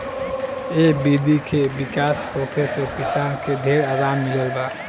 ए विधि के विकास होखे से किसान के ढेर आराम मिलल बा